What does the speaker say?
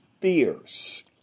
fears